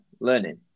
learning